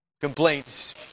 complaints